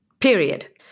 period